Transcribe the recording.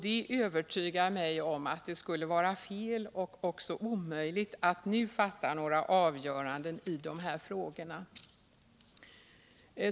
Det övertygade mig om att det skulle vara fel och även omöjligt att nu fatta några avgöranden i dessa frågor.